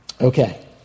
Okay